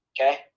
Okay